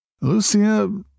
Lucia